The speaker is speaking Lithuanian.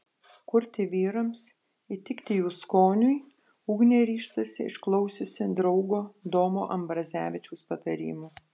kurti vyrams įtikti jų skoniui ugnė ryžtasi išklausiusi draugo domo ambrazevičiaus patarimų